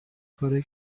کارهایی